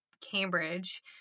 Cambridge